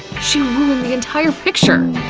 she ruined the entire picture!